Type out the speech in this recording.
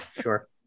sure